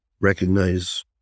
recognize